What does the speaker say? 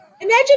Imagine